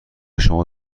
شما